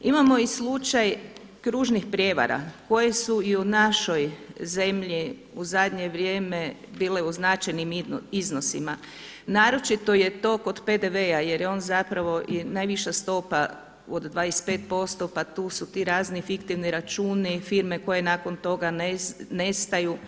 Imamo i slučaj kružnih prijevara koje su i u našoj zemlji u zadnje vrijeme bile u značajnim iznosima, naročito je to kod PDV-a jer je on zapravo i najviša stopa od 25% pa tu su ti razni fiktivni računi, firme koje nakon toga nestaju.